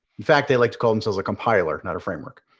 in fact, they like to call themselves a compiler, not a framework.